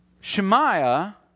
Shemaiah